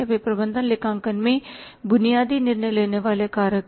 वे प्रबंधन लेखांकन में बुनियादी निर्णय लेने वाले कारक हैं